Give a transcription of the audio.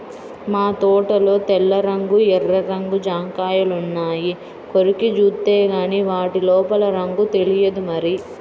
మా తోటలో తెల్ల రంగు, ఎర్ర రంగు జాంకాయలున్నాయి, కొరికి జూత్తేగానీ వాటి లోపల రంగు తెలియదు మరి